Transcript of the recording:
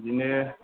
बिदिनो